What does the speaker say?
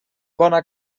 bona